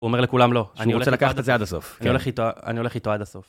הוא אומר לכולם לא, שאני הולך לקחת את זה עד הסוף. אני הולך איתו עד הסוף.